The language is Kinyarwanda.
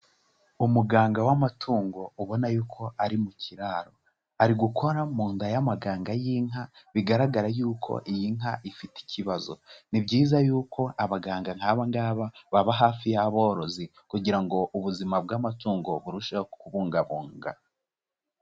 Umuganga w'amatungo ubona yuko ari mu kiraro, ari gukora mu nda y'amaganga y'inka, bigaragara yuko iyi nka ifite ikibazo, ni byiza yuko abaganga nk'aba ngaba baba hafi y'aborozi, kugira ngo ubuzima bw'amatungo burusheho kubungabunga.